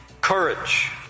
courage